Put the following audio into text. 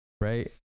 Right